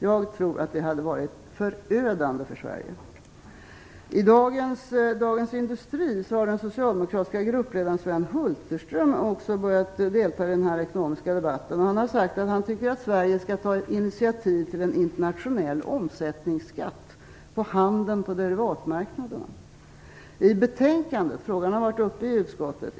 Jag tror att det hade varit förödande för Sverige. I dagens Dagens Industri har den socialdemokratiska gruppledaren Sven Hulterström också börjat delta i den ekonomiska debatten. Han har sagt att han tycker att Sverige skall ta initiativ till en internationell omsättningsskatt på handeln på derivatmarknaden. Frågan har varit uppe i utskottet.